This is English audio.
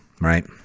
right